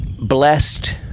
blessed